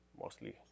Mostly